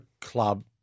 club